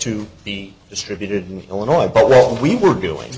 to be distributed in illinois but while we were doing